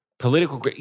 Political